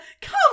come